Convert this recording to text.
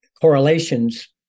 correlations